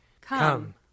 Come